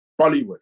Bollywood